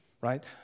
right